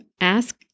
Ask